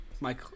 Mike